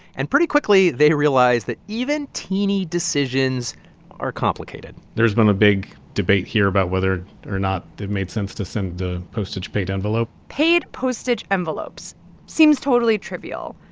and pretty quickly, they realize that even teeny decisions are complicated there's been a big debate here about whether or not it made sense to send a postage-paid envelope paid-postage envelopes seems totally trivial.